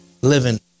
living